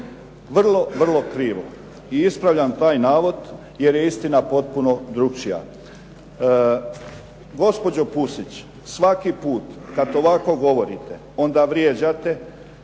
Vrlo krivo. I ispravljam taj navod jer je istina potpuno drukčija. Gospođo Pusić, svaki put kad ovako govorite onda vrijeđate